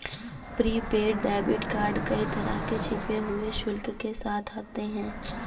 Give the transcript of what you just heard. prepaid debit card कई तरह के छिपे हुए शुल्क के साथ आते हैं